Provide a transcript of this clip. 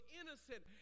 innocent